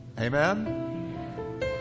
Amen